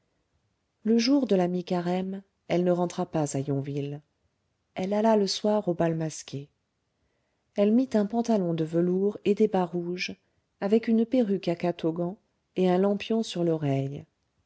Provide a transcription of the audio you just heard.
le jour de la mi-carême elle ne rentra pas à yonville elle alla le soir au bal masqué elle mit un pantalon de velours et des bas rouges avec une perruque à catogan et un lampion sur l'oreille